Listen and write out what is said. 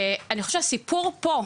ואני חושבת שהסיפור פה,